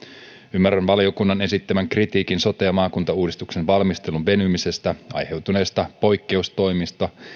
ymmärrän valiokunnan esittämän kritiikin sote ja maakuntauudistuksen valmistelun venymisestä aiheutuneista poikkeustoimista